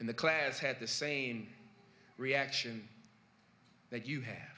in the class had the same reaction that you ha